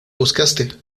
buscaste